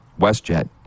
WestJet